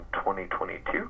2022